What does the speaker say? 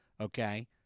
Okay